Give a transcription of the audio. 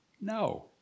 No